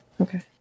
Okay